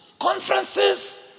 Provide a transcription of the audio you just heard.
conferences